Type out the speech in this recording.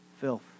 filth